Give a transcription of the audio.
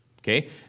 okay